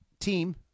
team